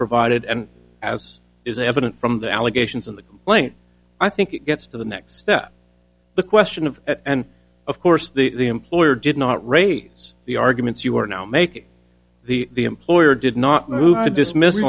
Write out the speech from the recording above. provided and as is evident from the allegations on the plane i think it gets to the next step the question of and of course the employer did not raise the arguments you are now making the employer did not move to dismiss